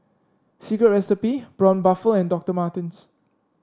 Secret Recipe Braun Buffel and Doctor Martens